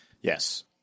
Yes